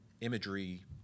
imagery